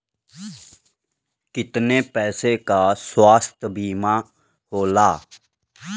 कितना पैसे का स्वास्थ्य बीमा होला?